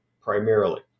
primarily